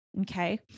Okay